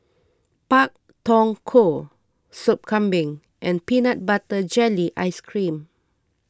Pak Thong Ko Soup Kambing and Peanut Butter Jelly Ice Cream